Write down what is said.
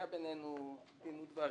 היה בינינו דין ודברים,